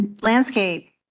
Landscape